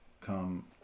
come